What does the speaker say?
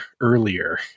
earlier